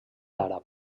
àrab